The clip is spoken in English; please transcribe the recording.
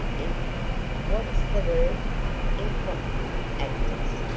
inp what's the word impromptu actors.